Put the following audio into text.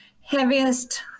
heaviest